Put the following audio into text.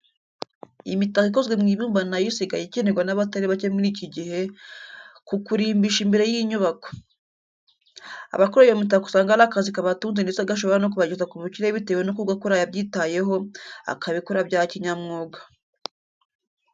Imitako ikozwe mu ibumba na yo isigaye ikenerwa n'abatari bake muri iki gihe, kukurimbisha imbere y'inyubako. Abakora iyo mitako usanga ari akazi kabatunze ndetse gashobora no kubageza kubukire bitewe n'uko ugakora yabyitayeho, akabikora bya kinyamwuga.